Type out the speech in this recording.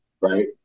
right